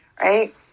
Right